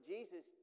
Jesus